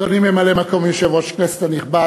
אדוני ממלא-מקום יושב-ראש הכנסת הנכבד,